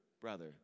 brother